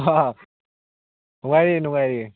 ꯑꯣ ꯅꯨꯡꯉꯥꯏꯔꯤꯌꯦ ꯅꯨꯡꯉꯥꯏꯔꯤꯌꯦ